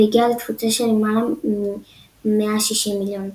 והגיע לתפוצה של למעלה מ-160 מיליון עותקים.